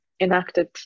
enacted